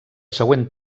següent